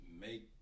make